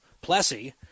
Plessy